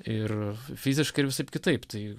ir fiziškai ir visaip kitaip tai